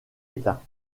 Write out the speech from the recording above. éteint